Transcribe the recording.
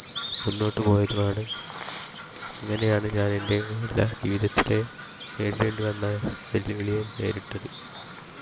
മുന്നോട്ട് പോയതുമാണ് അങ്ങനെയാണ് ഞാൻ എൻ്റെ എല്ലാ ജീവിത്തിലെ നേരിടേണ്ടി വന്ന വെല്ലുവിളികൾ നേരിട്ടത്